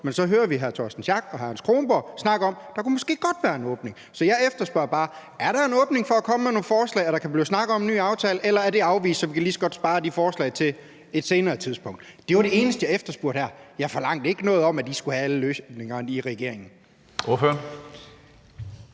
Men så hører vi hr. Torsten Schack Pedersen og hr. Anders Kronborg snakke om, at der måske godt kunne være en åbning. Så jeg spørger bare: Er der en åbning for at komme med nogle forslag og for, at der kan blive snakket om en ny aftale, eller er det afvist, sådan at vi lige så godt kan spare de forslag til et senere tidspunkt? Det var det eneste, jeg spurgte om her. Jeg forlangte ikke noget om, at I skulle have alle løsningerne i regeringen.